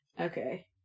Okay